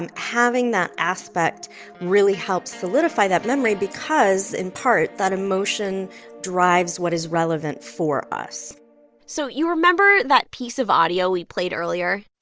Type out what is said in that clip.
and having that aspect really helps solidify that memory because, in part, that emotion drives what is relevant for us so you remember that piece of audio we played earlier?